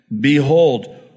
behold